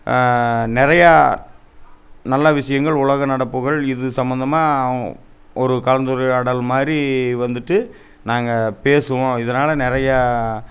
நிறையா நல்ல விஷயங்கள் உலக நடப்புகள் இது சம்மந்தமாக ஒரு கலந்துரையாடல் மாதிரி வந்துட்டு நாங்கள் பேசுவோம் இதனால் நிறையா